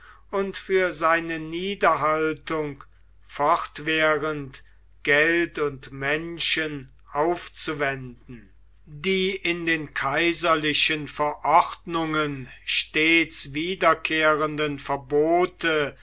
und für seine niederhaltung fortwährend geld und menschen aufzuwenden die in den kaiserlichen verordnungen stets wiederkehrenden verbote